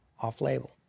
off-label